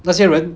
那些人